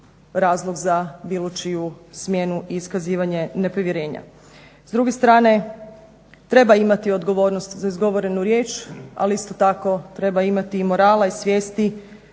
razlog za bilo čiju smjenu i iskazivanje nepovjerenja. S druge strane treba imati odgovornost za izgovorenu riječ, ali isto tako treba imati i morala i svijesti